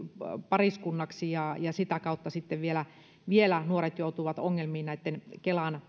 pariskunnaksi ja ja sitä kautta sitten vielä vielä nuoret joutuivat ongelmiin näitten kelan